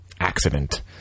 accident